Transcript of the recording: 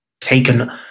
taken